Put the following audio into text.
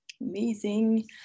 amazing